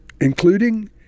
including